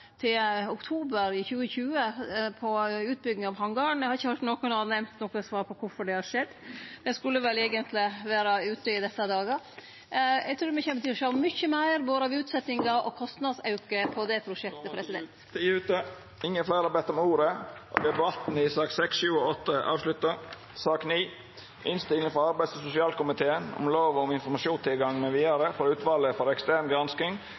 til oktober i 2020. Eg har ikkje høyrt at nokon har nemnt noko om kvifor det har skjedd. Det skulle vel eigentleg vore ute i desse dagar. Eg trur me kjem til å sjå mykje meir av både utsetjingar og kostnadsauke på det prosjektet. Fleire har ikkje bedt om ordet til sakene nr. 6–8. Etter ønske frå arbeids- og sosialkomiteen